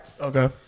okay